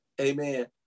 Amen